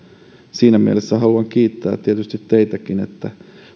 siinä mielessä haluan kiittää tietysti teitäkin siitä että